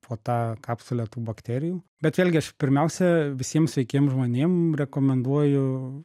po tą kapsulę tų bakterijų bet vėlgi aš pirmiausia visiem sveikiem žmonėm rekomenduoju